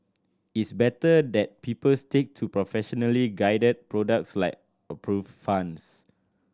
it's better that people stick to professionally guided products like approved funds